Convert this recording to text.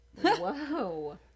Whoa